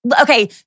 okay